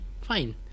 fine